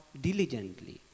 diligently